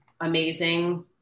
amazing